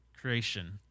creation